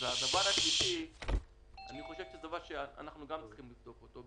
הדבר השלישי זה גם דבר שצריך לבדוק אותו.